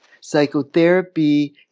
Psychotherapy